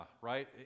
right